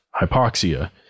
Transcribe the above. hypoxia